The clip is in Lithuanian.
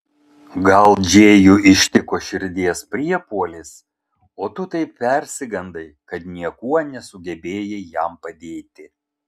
gal džėjų ištiko širdies priepuolis o tu taip persigandai kad niekuo nesugebėjai jam padėti